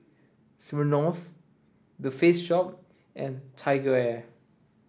Smirnoff The Face Shop and TigerAir